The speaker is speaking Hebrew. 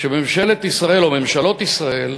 שממשלת ישראל, או ממשלות ישראל,